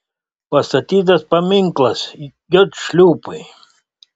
pastatytas paminklas j šliūpui